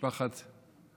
טוב